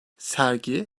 sergi